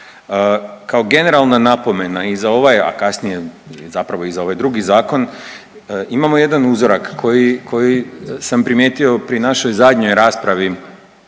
kao generalna napona i za ovaj, a kasnije i zapravo i za ovaj drugi zakon imamo jedan uzorak koji sam primijetio pri našoj zadnjoj raspravi